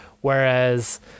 whereas